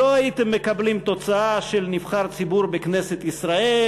לא הייתם מקבלים תוצאה של נבחר ציבור בכנסת ישראל,